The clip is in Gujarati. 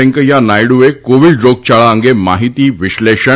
વેંકૈયા નાયડુએ કોવિડ રોગયાળા અંગે માહિતી વિશ્લેષણ